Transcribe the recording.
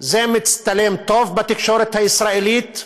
זה מצטלם טוב בתקשורת הישראלית.